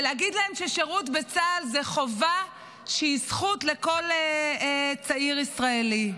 להגיד להם ששירות בצה"ל זה חובה שהיא זכות לכל צעיר ישראלי.